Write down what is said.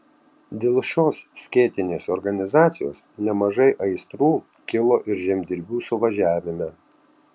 dėl šios skėtinės organizacijos nemažai aistrų kilo ir žemdirbių suvažiavime